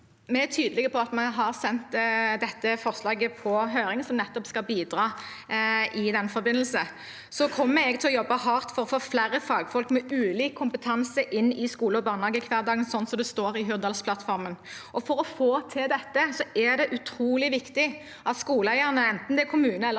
Vi er tyde- lige på at vi har sendt dette forslaget på høring, noe som skal bidra i den forbindelse. Jeg kommer til å jobbe hardt for å få flere fagfolk med ulik kompetanse inn i skole og barnehage i hverdagen, slik det står i Hurdalsplattformen. For å få til dette er det utrolig viktig at skoleeierne, enten det er kommune eller